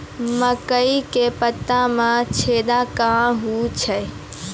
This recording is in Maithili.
मकई के पत्ता मे छेदा कहना हु छ?